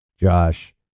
Josh